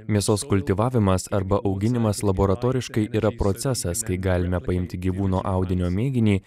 mėsos kultivavimas arba auginimas laboratoriškai yra procesas kai galime paimti gyvūno audinio mėginį